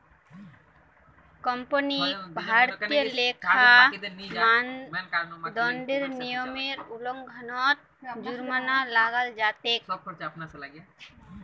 कंपनीक भारतीय लेखा मानदंडेर नियमेर उल्लंघनत जुर्माना लगाल जा तेक